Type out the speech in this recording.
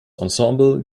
ensemble